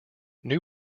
new